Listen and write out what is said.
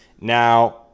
Now